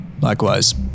Likewise